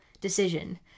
decision